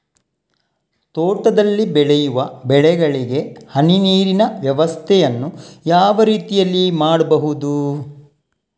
ತೋಟದಲ್ಲಿ ಬೆಳೆಯುವ ಬೆಳೆಗಳಿಗೆ ಹನಿ ನೀರಿನ ವ್ಯವಸ್ಥೆಯನ್ನು ಯಾವ ರೀತಿಯಲ್ಲಿ ಮಾಡ್ಬಹುದು?